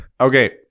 Okay